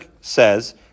says